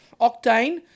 octane